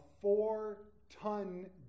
four-ton